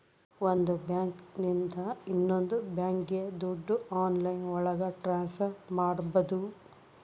ಒಂದ್ ಬ್ಯಾಂಕ್ ಇಂದ ಇನ್ನೊಂದ್ ಬ್ಯಾಂಕ್ಗೆ ದುಡ್ಡು ಆನ್ಲೈನ್ ಒಳಗ ಟ್ರಾನ್ಸ್ಫರ್ ಮಾಡ್ಬೋದು